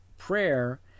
prayer